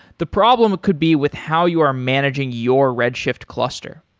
the problem could be with how you are managing your redshift cluster.